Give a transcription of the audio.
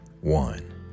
one